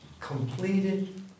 completed